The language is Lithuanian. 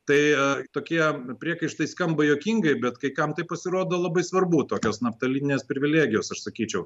tai tokie priekaištai skamba juokingai bet kai kam tai pasirodo labai svarbu tokios naftalininės privilegijos aš sakyčiau